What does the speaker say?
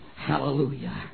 Hallelujah